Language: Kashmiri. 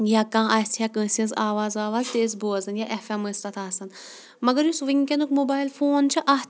یا کانٛہہ آسہِ یا کٲنٛسہِ ہٕنٛز آواز وواز تہِ ٲسۍ بوزان یا ایٚف ایم ٲسۍ تَتھ آسان مگر یُس وٕنکیٚنُک موبایل فون چھُ اَتھ